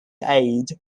age